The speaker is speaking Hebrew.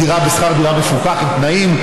דירה עם שכר דירה מפוקח עם תנאים.